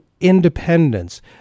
independence